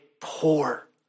poor